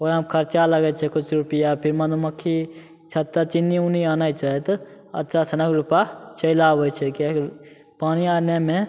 ओकरामे खरचा लगै छै किछु रुपैआ फेर मधुमक्खी छत्ता चीनी उनी आनै छै अच्छा सनक रूपा चैलि आबै छै किएकि पानि आनैमे